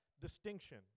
distinction